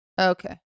Okay